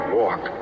walk